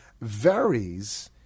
varies